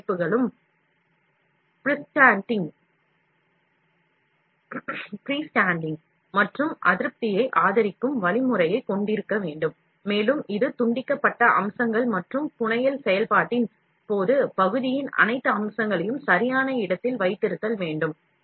M அமைப்புகளும் freestanding மற்றும் அதிருப்தியை ஆதரிக்கும் வழிமுறையைக் கொண்டிருக்க வேண்டும் மேலும் இது துண்டிக்கப்பட்ட அம்சங்கள் மற்றும் புனையல் செயல்பாட்டின் போது பகுதியின் அனைத்து அம்சங்களையும் சரியான இடத்தில் வைத்திருத்தல் வேண்டும்